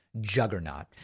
juggernaut